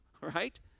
right